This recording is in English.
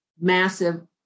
massive